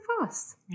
fast